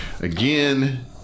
Again